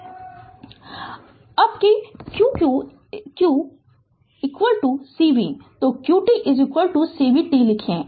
Refer Slide Time 2544 अब कि q q c v तो q t c v t लिखें